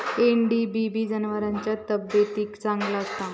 NDBB जनावरांच्या तब्येतीक चांगला असता